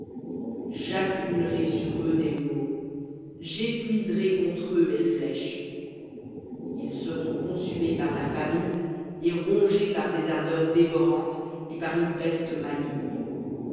j'accumulerai sur eux des maux j'épuiserai contre eux mes flèches ils seront consumés par la famine et rongés par des ardeurs dévorantes et par une peste maligne